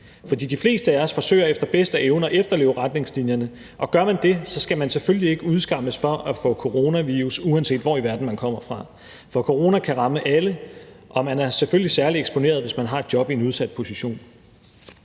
De fleste af os forsøger efter bedste evne at efterleve retningslinjerne, og gør man det, skal man selvfølgelig ikke udskammes for at få coronavirus, uanset hvor i verden man kommer fra, for corona kan ramme alle, og man er selvfølgelig særlig eksponeret, hvis man har et job i en udsat position.